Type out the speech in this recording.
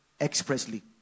expressly